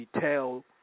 tell